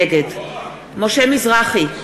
נגד משה מזרחי,